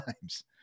times